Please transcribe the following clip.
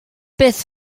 beth